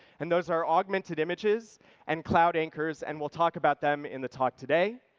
and those are augmented images and cloud anchors and we'll talk about them in the talk today.